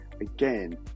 again